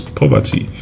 poverty